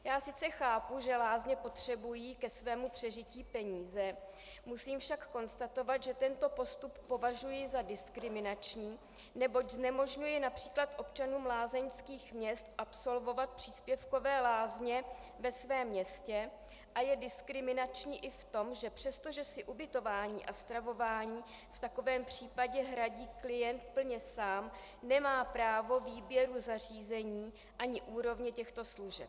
Já sice chápu, že lázně potřebují ke svému přežití peníze, musím však konstatovat, že tento postup považuji za diskriminační, neboť znemožňuje například občanům lázeňských měst absolvovat příspěvkové lázně ve svém městě, a je diskriminační i v tom, že přestože si ubytování a stravování v takovém případě hradí klient plně sám, nemá právo výběru zařízení ani úrovně těchto služeb.